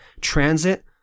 transit